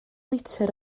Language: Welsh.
litr